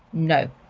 no.